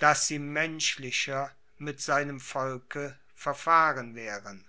daß sie menschlicher mit seinem volke verfahren wären